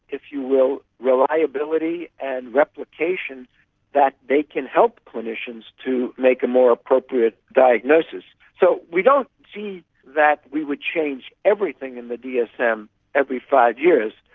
if you will, reliability and replication that they can help clinicians to make a more appropriate diagnosis. so we don't see that we would change everything in the dsm every five years,